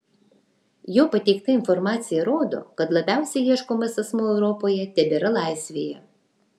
jo pateikta informacija rodo kad labiausiai ieškomas asmuo europoje tebėra laisvėje